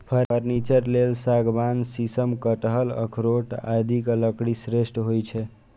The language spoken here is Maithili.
फर्नीचर लेल सागवान, शीशम, कटहल, अखरोट आदिक लकड़ी श्रेष्ठ होइ छै